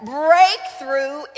breakthrough